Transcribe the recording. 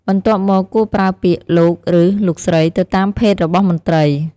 បន្ទាប់មក គួរប្រើពាក្យ " លោក" ឬ " លោកស្រី" ទៅតាមភេទរបស់មន្ត្រី។